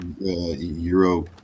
Euro